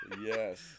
Yes